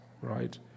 right